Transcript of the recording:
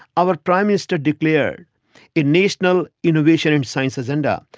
our prime minster declared a national innovation and science agenda,